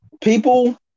people